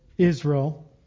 Israel